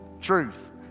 truth